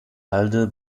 halde